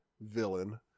villain